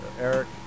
Eric